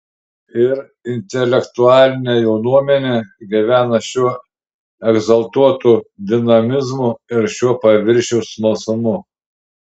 ir intelektualinė jaunuomenė gyvena šiuo egzaltuotu dinamizmu ir šiuo paviršiaus smalsumu